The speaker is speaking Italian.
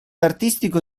artistico